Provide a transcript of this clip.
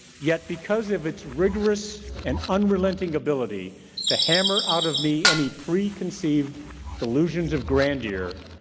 yet because of its rigorous and unrelenting ability to hammer out of me any preconceived delusions of grandeur,